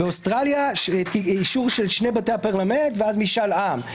באוסטרליה אישור של שני בתי הפרלמנט ואז משאל עם.